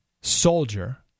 soldier